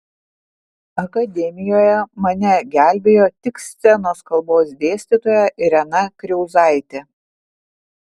akademijoje mane gelbėjo tik scenos kalbos dėstytoja irena kriauzaitė